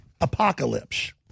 Apocalypse